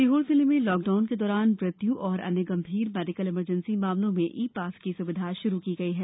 सीहोर जिले में लॉकडाउन के दौरान मृत्यु एवं अन्य गंभीर मेडिकल इमरजेंसी मामलों में ई पास की सुविधा शुरू की गई है